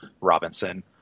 Robinson